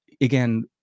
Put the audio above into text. again